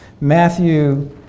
Matthew